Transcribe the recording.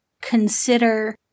consider